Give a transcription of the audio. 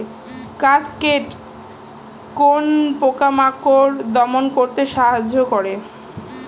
Cascade কোন পোকা মাকড় দমন করতে সাহায্য করে?